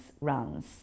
runs